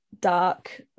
dark